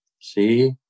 See